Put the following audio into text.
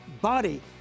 body